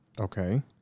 Okay